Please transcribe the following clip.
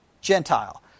Gentile